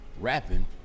rapping